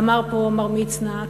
אמר פה מר מצנע,